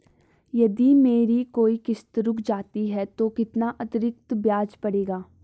यदि मेरी कोई किश्त रुक जाती है तो कितना अतरिक्त ब्याज पड़ेगा?